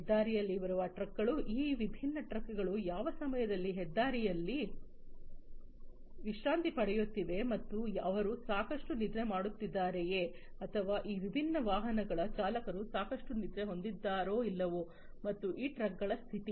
ಹೆದ್ದಾರಿಯಲ್ಲಿರುವ ಟ್ರಕ್ಗಳು ಈ ವಿಭಿನ್ನ ಟ್ರಕ್ಗಳು ಯಾವ ಸಮಯದಲ್ಲಿ ಹೆದ್ದಾರಿಯಲ್ಲಿ ವಿಶ್ರಾಂತಿ ಪಡೆಯುತ್ತಿವೆ ಮತ್ತು ಅವರು ಸಾಕಷ್ಟು ನಿದ್ರೆ ಮಾಡುತ್ತಿದ್ದಾರೆಯೇ ಅಥವಾ ಈ ವಿಭಿನ್ನ ವಾಹನಗಳ ಚಾಲಕರು ಸಾಕಷ್ಟು ನಿದ್ರೆ ಹೊಂದಿದ್ದಾರೋ ಇಲ್ಲವೋ ಮತ್ತು ಈ ಟ್ರಕ್ಗಳ ಸ್ಥಿತಿ